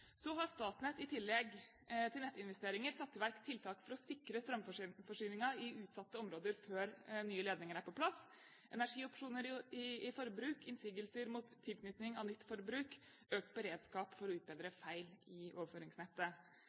Så har Statnett i tillegg til nettinvesteringer satt i verk tiltak for å sikre strømforsyningen i utsatte områder før nye ledninger er på plass – energiopsjoner i forbruk, innsigelser mot tilknytning av nytt forbruk og økt beredskap for å utbedre feil i overføringsnettet.